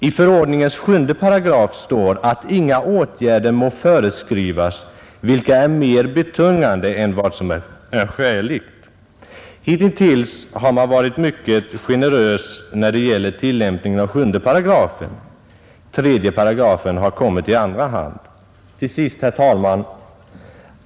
I förordningens 7 § står att inga åtgärder må föreskrivas vilka är mer betungande än vad som är skäligt. Hitintills har man varit mycket generös när det gäller tillämpningen av sjunde paragrafen; tredje paragrafen har kommit i andra hand. Till sist, herr talman!